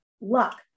luck